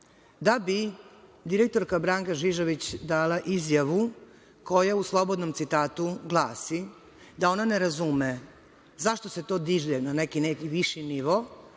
da bi direktora Branka Žižović dala izjavu koja u slobodnom citatu glasi – da ona ne razume zašto se to diže na neki viši nivo